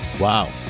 Wow